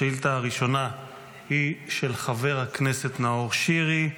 השאילתה הראשונה היא של חבר הכנסת נאור שירי,